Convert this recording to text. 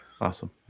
Awesome